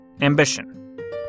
ambition